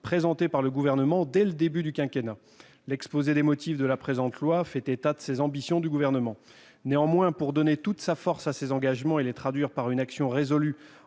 présenté par le Gouvernement dès le début du quinquennat. L'exposé des motifs du présent projet de loi fait état des ambitions du Gouvernement. Néanmoins, pour leur donner toute leur force et les traduire par une action résolue